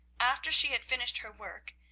after she had finished her work,